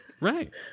Right